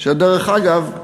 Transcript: דרך אגב,